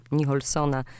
Nicholsona